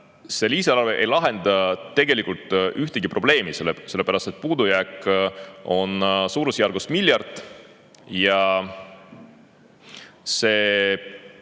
See lisaeelarve ei lahenda tegelikult ühtegi probleemi, sellepärast et puudujääk on suurusjärgus miljard eurot.